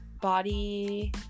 body